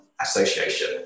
Association